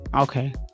okay